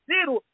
Zero